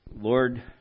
Lord